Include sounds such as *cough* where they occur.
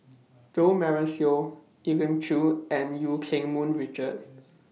*noise* Jo Marion Seow Elim Chew and EU Keng Mun Richard